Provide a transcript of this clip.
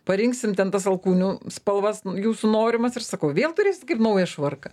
parinksim ten tas alkūnių spalvas jūsų norimas ir sakau vėl turėsit kaip naują švarką